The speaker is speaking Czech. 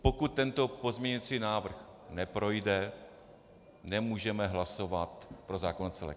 Pokud tento pozměňující návrh neprojde, nemůžeme hlasovat pro zákon jako celek.